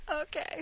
Okay